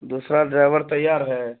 دوسرا ڈرائیور تیار ہے